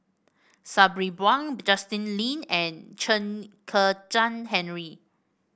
Sabri Buang Justin Lean and Chen Kezhan Henri